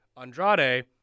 andrade